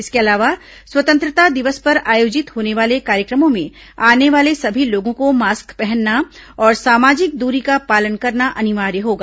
इसके अलावा स्वतंत्रता दिवस पर आयोजित होने वाले कार्यक्रमों में आने वाले सभी लोगों को मास्क पहनना और सामाजिक दूरी का पालन करना अनिवार्य होगा